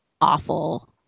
awful